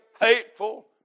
hateful